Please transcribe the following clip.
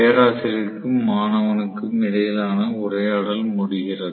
பேராசிரியருக்கும் மாணவனுக்கும் இடையிலான உரையாடல் முடிகிறது